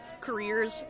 careers